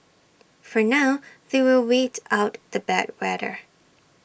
for now they will wait out the bad weather